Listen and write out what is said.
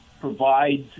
provides